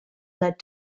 led